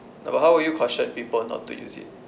but how will you caution people not to use it